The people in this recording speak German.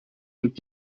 und